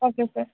okay sir